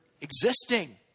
existing